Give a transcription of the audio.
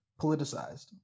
politicized